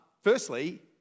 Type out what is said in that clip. firstly